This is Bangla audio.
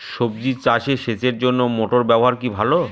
সবজি চাষে সেচের জন্য মোটর ব্যবহার কি ভালো?